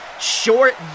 short